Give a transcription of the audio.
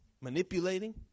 manipulating